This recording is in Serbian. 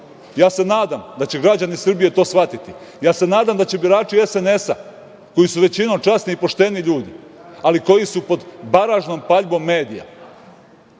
se da će građani Srbije to shvatiti. Nadam se da će birači SNS, koji su većinom časni i pošteni ljudi, ali koji su pod baražnom paljbom medija,